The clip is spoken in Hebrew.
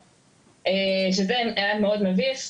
שזה היה מאוד מביך.